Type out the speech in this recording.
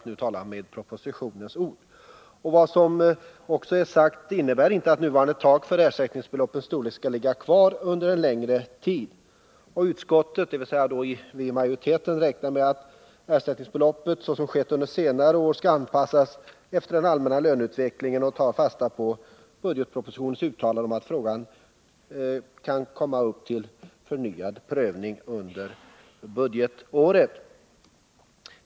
Vi har också sagt: Det innebär inte att nuvarande tak för ersättningsbeloppens storlek skall ligga kvar under en längre tid. Utskottet — alltså vi i majoriteten — räknar med att ersättningsbeloppet, såsom skett under senare år, skall anpassas efter den allmänna löneutvecklingen, och vi tar fasta på budgetpropositionens uttalande om att frågan kan komma upp till förnyad prövning under budgetåret.